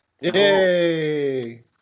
Yay